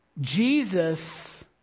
Jesus